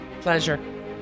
Pleasure